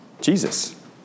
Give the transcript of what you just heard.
Jesus